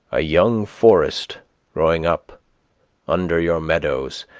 a young forest growing up under your meadows,